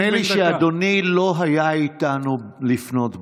נדמה לי שאדוני לא היה איתנו לפנות בוקר.